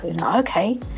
Okay